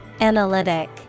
Analytic